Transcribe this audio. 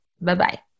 Bye-bye